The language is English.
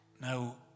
now